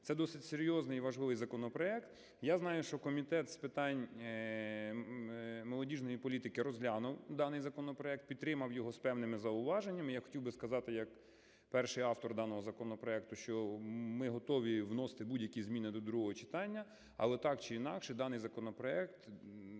Це досить серйозний і важливий законопроект. Я знаю, що Комітет з питань молодіжної політики розглянув даний законопроект, підтримав його з певними зауваженнями. Я хотів би сказати як перший автор даного законопроекту, що ми готові вносити будь-які зміни до другого читання. Але так чи інакше даний законопроект